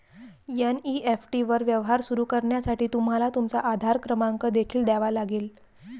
NEFT वर व्यवहार सुरू करण्यासाठी तुम्हाला तुमचा आधार क्रमांक देखील द्यावा लागेल